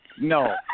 No